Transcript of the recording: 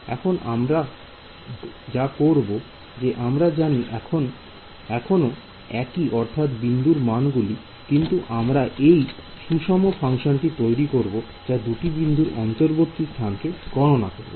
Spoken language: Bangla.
এখন আমরা করবো যে আমরা জানি এখনো একই অর্থাৎ বিন্দুর মানগুলি কিন্তু আমরা একটি সুষম ফাংশন তৈরি করব যা দুটি বিন্দুর অন্তর্বর্তী স্থানকে গণনা করবে